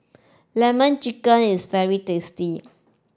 lemon chicken is very tasty